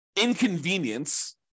inconvenience